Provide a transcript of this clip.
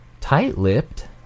tight-lipped